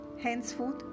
Henceforth